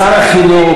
שר החינוך,